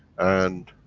and,